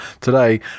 today